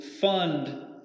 fund